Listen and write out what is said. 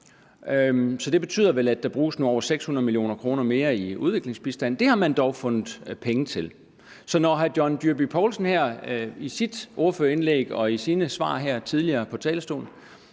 det betyder vel, at der nu bruges over 600 mio. kr. mere i udviklingsbistand. Det har man dog fundet penge til. Så når hr. John Dyrby Paulsen her i sit ordførerindlæg og i sine svar tidligere i dag fra talerstolen